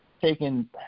taking